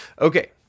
Okay